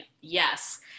yes